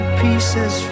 pieces